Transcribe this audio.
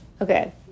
Okay